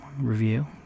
review